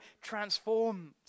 transformed